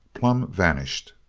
plumb vanished.